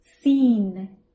seen